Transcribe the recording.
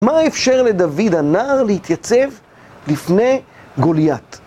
מה אפשר לדוד הנער להתייצב לפני גולית?